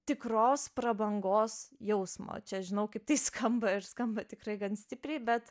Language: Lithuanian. tikros prabangos jausmo čia žinau kaip tai skamba ir skamba tikrai gan stipriai bet